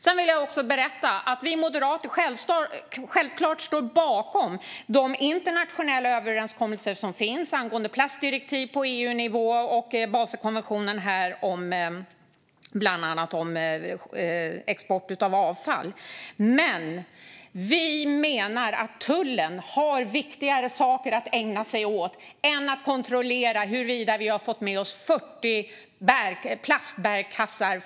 Sedan vill jag berätta att vi moderater självfallet står bakom de internationella överenskommelser som finns angående plastdirektiv på EU-nivå och Baselkonventionen om bland annat export av avfall, men vi menar att tullen har viktigare saker att ägna sig åt än att kontrollera huruvida man har fått med sig fler än 40 plastbärkassar.